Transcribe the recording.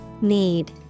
Need